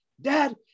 Dad